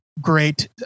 Great